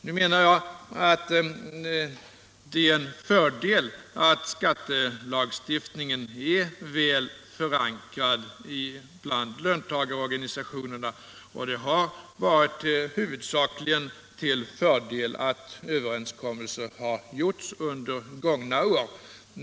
Jag menar att det är en fördel att skattelagstiftningen är väl förankrad bland löntagarorganisationerna, och det har huvudsakligen varit till fördel att överenskommelser har gjorts under gångna år.